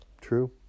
true